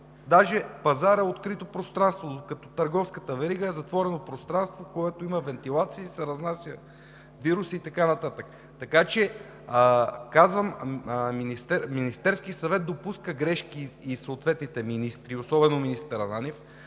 Даже пазарът е открито пространство, докато търговската верига е затворено пространство, което има вентилация и се разнасят вируси и така нататък. Министерският съвет допуска грешки и съответните министри, особено министър Ананиев,